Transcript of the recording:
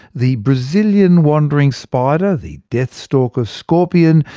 the brazilian wandering spider, the deathstalker scorpion,